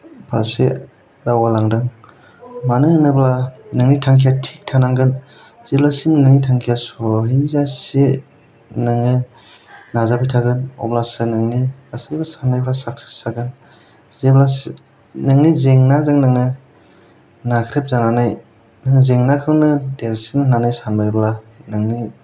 फारसे दावगालांदों मानो होनोब्ला नोंनि थांखिया थिग थानांगोन जेब्लासिम नोंनि थांखिया सहैजासे नोङो नाजाबाय थागोन अब्लासो नोंनि गासैबो साननायफ्रा साक्सेस जागोन जेब्लासिम नोंनि जेंनाजों नोङो नाख्रेबजानानै नों जेंनाखौनो देरसिन होननानै सानोब्ला नोंनि